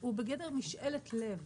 שהוא בגדר משאלת לב,